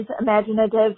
imaginative